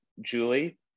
Julie